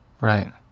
Right